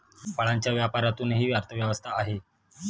फळांच्या व्यापारातूनही अर्थव्यवस्था आहे